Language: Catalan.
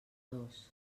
dos